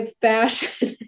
fashion